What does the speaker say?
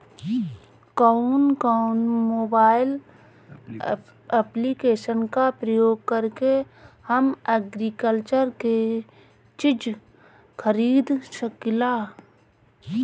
कउन कउन mobile application का प्रयोग करके हम एग्रीकल्चर के चिज खरीद सकिला?